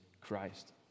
Christ